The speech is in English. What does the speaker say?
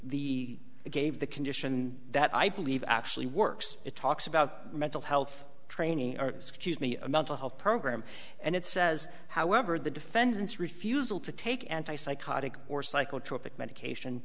the gave the condition that i believe actually works it talks about mental health training scuse me a mental health program and it says however the defendant's refusal to take anti psychotic or psychotropic medication